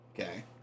Okay